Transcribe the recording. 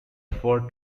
fur